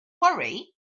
worry